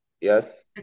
Yes